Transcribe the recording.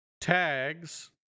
tags